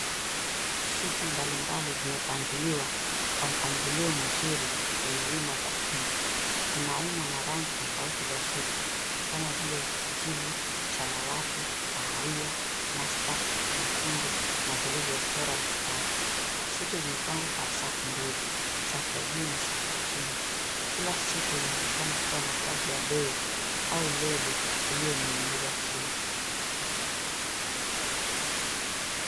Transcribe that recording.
Suti mbalimbali zimepangiliwa kwa mpangilio mzuri kwenye wima za chuma. Kuna aina na rangi tofauti za suti kama vile kijivu, samawati, kahawia, nasta, nyekundu na zilizochorwa mistari. Suti zimepangwa kwa safu mbili, safu ya juu na safu ya chini. Kila suti inaonekana kuwa na tagi ya bei au lebo iliyoning'inizwa chini.